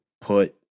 put